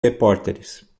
repórteres